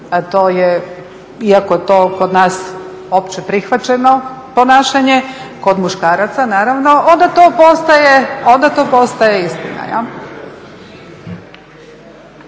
iako je to kod nas opće prihvaćeno ponašanje, kod muškaraca naravno, onda to postaje istina.